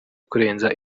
kurenza